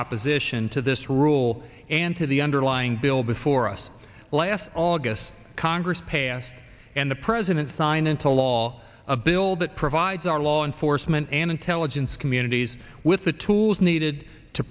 opposition to this rule and to the underlying bill before us last august congress passed and the president signed into law a bill that provides our law enforcement and intelligence communities with the tools needed to